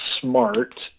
smart